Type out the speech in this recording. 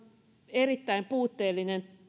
erittäin puutteellinen